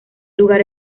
lugar